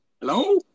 Hello